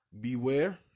Beware